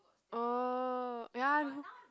oh ya